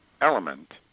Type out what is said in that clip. element